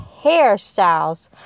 hairstyles